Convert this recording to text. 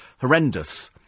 horrendous